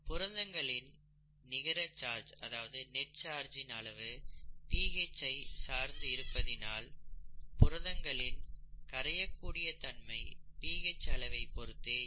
புரதங்களின் நிகர சார்ஜ் இன் அளவு பிஹெச் ஐ சார்ந்து இருப்பதினால் புரதங்களின் கரையக் கூடிய தன்மை பிஹெச் அளவைப் பொருத்தே இருக்கும்